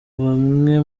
bamwe